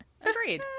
Agreed